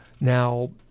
now